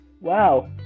Wow